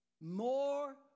more